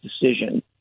decision